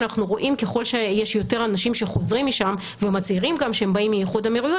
ככל שיש יותר אנשים שחוזרים משם ומצהירים גם שהם באים מאיחוד האמירויות,